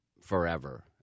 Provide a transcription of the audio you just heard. forever